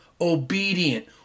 obedient